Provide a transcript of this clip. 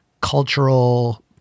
cultural